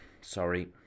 Sorry